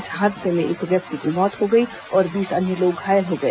इस हादसे में एक व्यक्ति की मौत हो गई और बीस अन्य लोग घायल हो गए